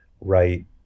right